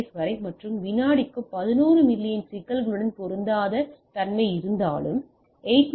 S வரை மற்றும் வினாடிக்கு 11 மில்லியன் சில்லுகளுடன் பொருந்தாத தன்மை இருந்தாலும் 802